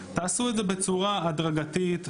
תעשו את זה בצורה הדרגתית,